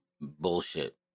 bullshit